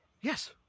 yes